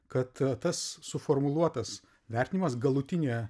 kad tas suformuluotas vertinimas galutinė